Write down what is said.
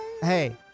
Hey